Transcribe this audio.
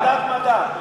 ועדת מדע.